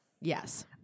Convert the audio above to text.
Yes